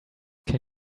can